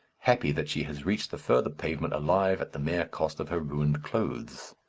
happy that she has reached the further pavement alive at the mere cost of her ruined clothes.